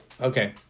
Okay